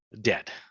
dead